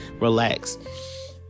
relax